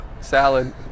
salad